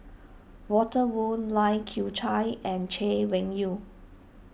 Walter Woon Lai Kew Chai and Chay Weng Yew